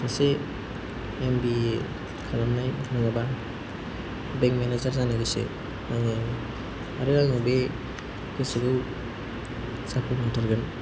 सासे एमबिए खालामनाय नङाबा बेंक मेनेजार जानो गोसो आङो आरो आङो बे गोसोखौ जाफुंहोथारगोन